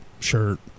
shirt